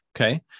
Okay